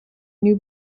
new